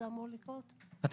אמור לקרות, עוד 20 שנה?